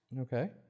Okay